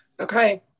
Okay